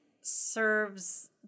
serves